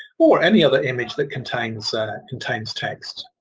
or any other image that contains contains text.